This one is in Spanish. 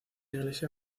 iglesia